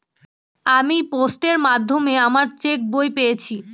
আমি পোস্টের মাধ্যমে আমার চেক বই পেয়েছি